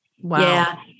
Wow